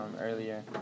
earlier